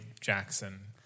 Jackson